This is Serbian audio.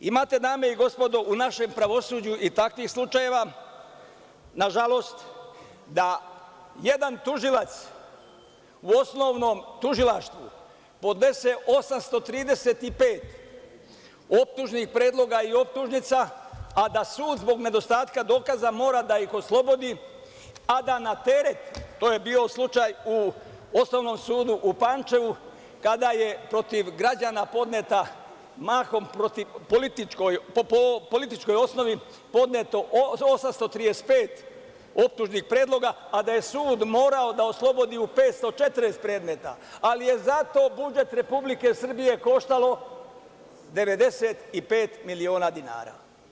Imate, dame i gospodo, u našem pravosuđu i takvih slučajeva, nažalost, da jedan tužilac u osnovnom tužilaštvu podnese 835 optužnih predloga i optužnica a da sud zbog nedostatka dokaza mora da ih oslobodi, a da na teret, to je bio slučaj u Osnovnom sudu u Pančevu, kada je protiv građana podneto mahom po političkoj osnovi 835 optužnih predloga, a da je sud morao da oslobodi u 540 predmeta, ali je zato budžet Republike Srbije koštalo 95 miliona dinara.